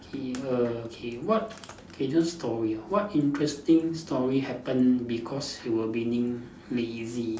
okay err okay what this one story what interesting story happened because you were being lazy